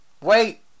Wait